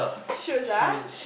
shoes ah